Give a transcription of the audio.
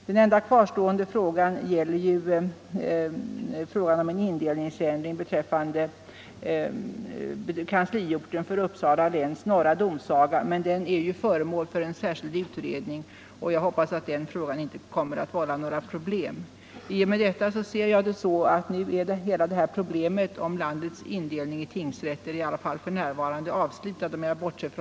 Den enda kvarstående frågan gäller ju en indelningsändring beträffande kansliorten för Uppsala läns norra domsaga, men den frågan är föremål för en särskild utredning, och jag hoppas att den inte kommer att vålla några problem. Om jag bortser från den detaljen anser jag därför att hela ärendet om landets indelning i domsagor i och med detta är avslutat.